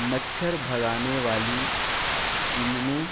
مچھر بھگانے والی کریموں